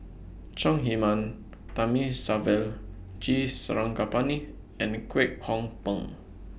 Chong Heman Thamizhavel G Sarangapani and Kwek Hong Png